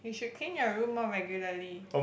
you should clean your room more regularly